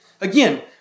Again